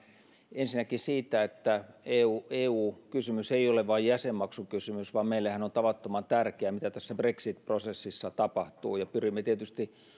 ensinnäkään eu eu kysymys ei ole vain jäsenmaksukysymys vaan meillehän on tavattoman tärkeää mitä tässä brexit prosessissa tapahtuu pyrimme tietysti